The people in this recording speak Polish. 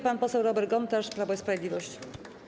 Pan poseł Robert Gontarz, Prawo i Sprawiedliwość.